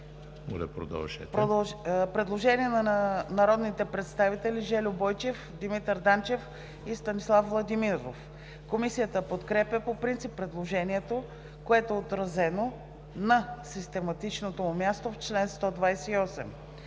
Предложение на народните представители Жельо Бойчев, Димитър Данчев и Станислав Владимиров. Комисията подкрепя по принцип предложението, което е отразено на систематичното му място в чл. 128.